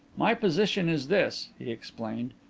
my position is this, he explained.